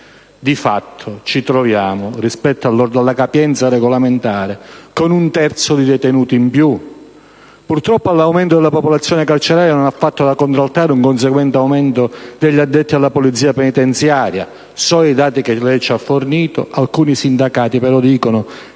Di fatto, ci troviamo, rispetto alla capienza regolamentare, con un terzo di detenuti in più. Purtroppo, all'aumento della popolazione carceraria non ha fatto da contraltare un conseguente aumento degli addetti alla Polizia penitenziaria. Secondo i dati che lei ci ha fornito - alcuni sindacati me lo dicono -